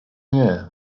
nie